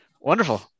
Wonderful